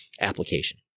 application